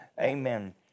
Amen